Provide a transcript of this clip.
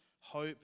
hope